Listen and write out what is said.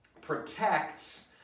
protects